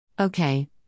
Okay